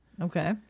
Okay